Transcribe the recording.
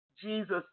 Jesus